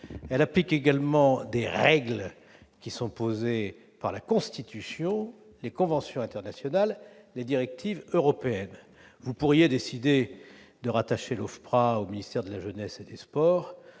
Il applique également des règles fixées par la Constitution, les conventions internationales et les directives européennes. Vous pourriez décider de rattacher l'OFPRA au ministère de la jeunesse et des sports